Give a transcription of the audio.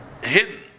hidden